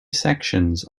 sections